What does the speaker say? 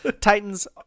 titans